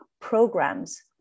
programs